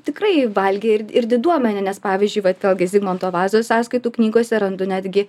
tikrai valgė ir ir diduomenė nes pavyzdžiui vat vėlgi zigmanto vazos sąskaitų knygose randu netgi